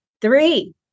three